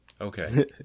Okay